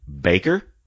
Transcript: Baker